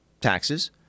taxes